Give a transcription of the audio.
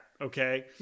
okay